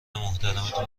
محترمتون